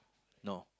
no